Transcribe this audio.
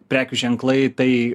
prekių ženklai tai